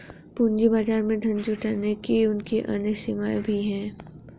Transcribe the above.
पूंजी बाजार में धन जुटाने की उनकी अन्य सीमाएँ भी हैं